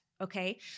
Okay